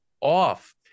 off